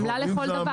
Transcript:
זו עמלה לכל דבר.